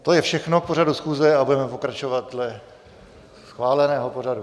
To je všechno k pořadu schůze a budeme pokračovat dle schváleného pořadu.